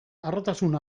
harrotasun